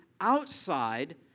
outside